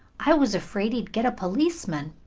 i was afraid he'd get a policeman.